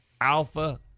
alpha